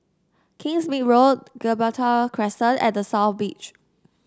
Kingsmead Road Gibraltar Crescent and South Beach